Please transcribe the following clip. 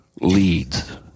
leads